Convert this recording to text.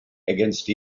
against